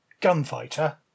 gunfighter